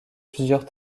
plusieurs